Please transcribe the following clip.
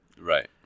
right